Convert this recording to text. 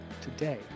today